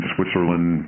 Switzerland